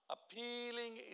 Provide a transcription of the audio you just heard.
Appealing